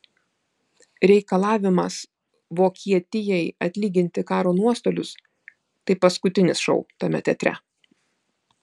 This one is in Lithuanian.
reikalavimas vokietijai atlyginti karo nuostolius tai paskutinis šou tame teatre